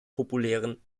populären